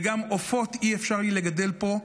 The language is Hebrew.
וגם עופות אי-אפשר לי לגדל פה,